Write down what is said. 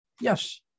yes